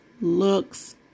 looks